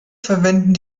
verwenden